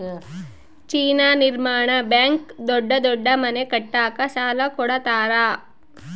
China ನಿರ್ಮಾಣ bank ದೊಡ್ಡ ದೊಡ್ಡ ಮನೆ ಕಟ್ಟಕ ಸಾಲ ಕೋಡತರಾ